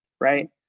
right